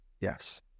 yes